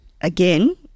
again –